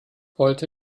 wollte